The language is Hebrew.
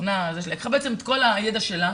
כל הידע שלה.